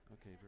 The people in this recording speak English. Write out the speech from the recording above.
Okay